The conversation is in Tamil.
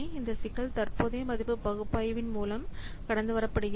இந்த சிக்கல் தற்போதைய மதிப்பு பகுப்பாய்வின் மூலம் கடந்து வரப்படுகிறது